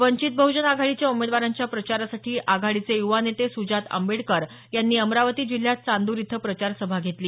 वंचित बहुजन आघाडीच्या उमेदवारांच्या प्रचारासाठी आघाडीचे युवा नेते सुजात आंबेडकर यांनी अमरावती जिल्ह्यात चांदर इथं प्रचारसभा घेतली